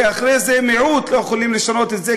כי אחרי זה מיעוט לא יכולים לשנות את זה,